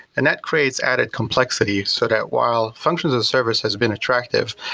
and that creates added complexity so that, while functions and service has been attractive,